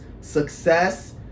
success